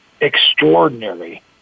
extraordinary